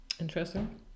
interesting